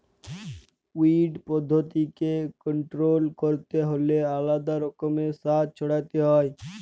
weed উদ্ভিদকে control ক্যরতে হ্যলে আলেদা রকমের সার ছড়াতে হ্যয়